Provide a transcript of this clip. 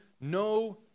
no